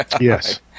Yes